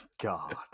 God